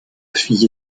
fille